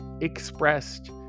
expressed